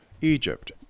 Egypt